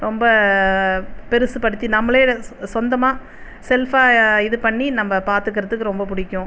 ரொம்ப பெருசுப்படுத்தி நம்மளே சொ சொந்தமாக செல்ஃப்பாக இது பண்ணி நம்ம பார்த்துக்கறதுக்கு ரொம்ப பிடிக்கும்